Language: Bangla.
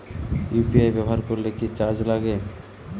ইউ.পি.আই ব্যবহার করলে কি চার্জ লাগে?